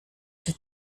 czy